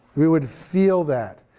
we would feel that.